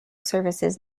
services